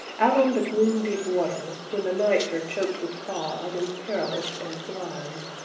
out on the gloom-deep water, when the nights are choked with fog, and perilous, and blind,